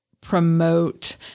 promote